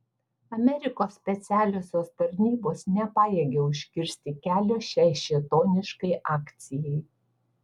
amerikos specialiosios tarnybos nepajėgė užkirsti kelio šiai šėtoniškai akcijai